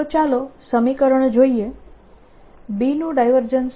તો ચાલો સમીકરણ જોઈએ B નું ડાયવર્જન્સ